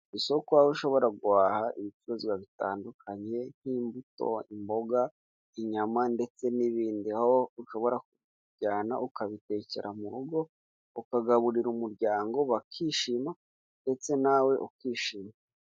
Isoko aho ushobora guhaha ibicuruzwa bitandukanye nk'imbuto, imboga, inyama, ndetse n'ibindi. Aho ushobora kujyana ukabitekera mu rugo, ukagaburira umuryango bakishima ndetse nawe ukishima.